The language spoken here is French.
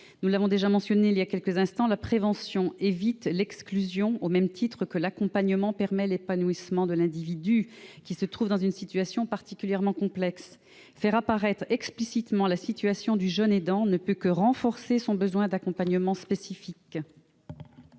Nous l'avons déjà évoqué il y a quelques instants, la prévention évite l'exclusion, au même titre que l'accompagnement favorise l'épanouissement de l'individu qui se trouve dans une situation particulièrement complexe. Faire apparaître explicitement la situation du jeune aidant ne peut que renforcer le besoin qui est le sien d'un accompagnement spécifique.